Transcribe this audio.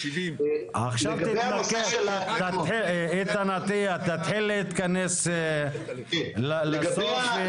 תתחיל להתכנס לסוף.